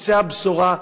תצא הבשורה,